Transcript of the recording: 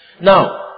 Now